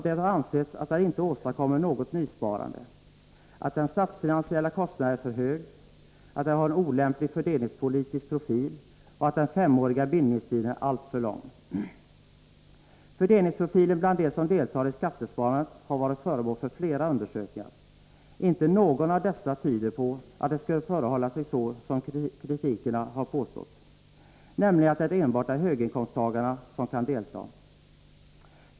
Det har ansetts att det inte åstadkommer något nysparande, att den statsfinansiella kostnaden är för hög, att det har en olämplig fördelningspolitisk profil och att den femåriga bindningstiden är alltför lång. Fördelningsprofilen bland dem som deltar i skattesparandet har varit föremål för flera undersökningar. Inte någon av dessa tyder på att det skulle förhålla sig så som kritikerna har påstått, nämligen att det enbart är höginkomsttagare som kan delta.